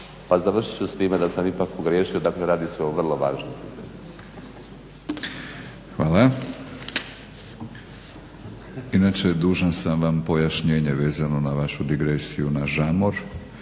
A završit ću s time da sam ipak pogriješio, dakle radi se o vrlo važnom pitanju. **Batinić, Milorad (HNS)** Hvala. Inače dužan sam vam pojašnjenje vezano na vašu digresiju na žamor.